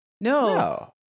No